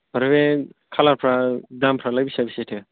ओमफ्राय बे खालारफ्रा दामफ्रालाय बेसे बेसेथो